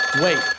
wait